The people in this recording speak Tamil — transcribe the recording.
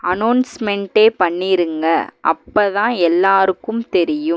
அனௌன்ஸ்மெண்ட்டே பண்ணிருங்கள் அப்போ தான் எல்லாருக்கும் தெரியும்